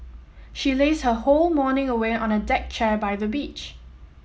she lazed her whole morning away on a deck chair by the beach